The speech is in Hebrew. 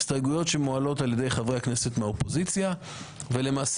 ההסתייגויות מועלות על ידי חברי הכנסת מהאופוזיציה ולמעשה